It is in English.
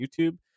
YouTube